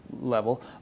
level